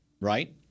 right